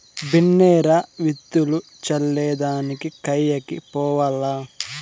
బిన్నే రా, విత్తులు చల్లే దానికి కయ్యకి పోవాల్ల